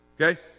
Okay